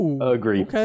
Agree